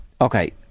Okay